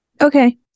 Okay